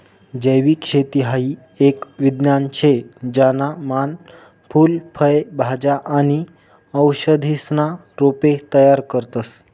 जैविक शेती हाई एक विज्ञान शे ज्याना मान फूल फय भाज्या आणि औषधीसना रोपे तयार करतस